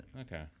Okay